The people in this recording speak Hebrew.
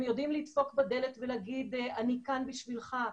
הם יודעים לדפוק בדלת ולהגיד: אני כאן בשבילך,